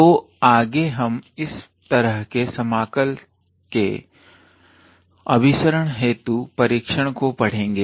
तो आगे हम इस तरह के समाकल के अभिसरण हेतु परीक्षण को पढ़ेंगे